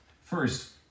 First